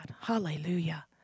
Hallelujah